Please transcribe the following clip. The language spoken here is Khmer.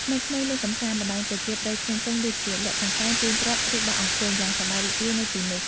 ក្មេងៗលេងកម្សាន្ត ល្បែងប្រជាប្រិយផ្សេងៗ ដូចជា លាក់កន្សែង ទាញព្រ័ត្រ ឬបោះអង្គុញ យ៉ាងសប្បាយរីករាយនៅទីនោះ។